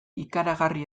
ikaragarri